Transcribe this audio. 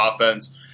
offense